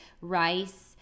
rice